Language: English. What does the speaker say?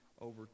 over